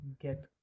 get